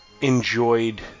enjoyed